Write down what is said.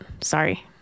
Sorry